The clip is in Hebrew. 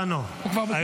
מיותרים?